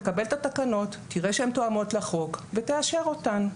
תקבל את התקנות, תראה שהן תואמות לחוק ותאשר אותן.